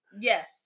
Yes